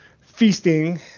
feasting